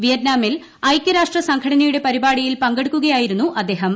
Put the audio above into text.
വിയറ്റ്നാമിൽ ഐക്യരാഷ്ട്ര സംഘടനയുടെ പരിപാടിയിൽ പങ്കെടുക്കുകയായിരുന്നു അദ്ദേഹം